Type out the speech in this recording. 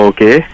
Okay